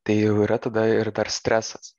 tai jau yra tada ir dar stresas